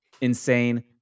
Insane